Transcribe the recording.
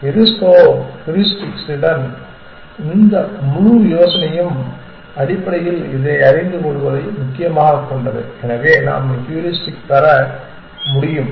யூரிஸ்கோ ஹியூரிஸ்டிக்ஸின் இந்த முழு யோசனையும் அடிப்படையில் இதை அறிந்து கொள்வதை முக்கியமாகக் கொண்டது எனவே நாம் எவ்வாறு ஹூரிஸ்டிக் பெற முடியும்